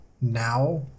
now